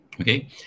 Okay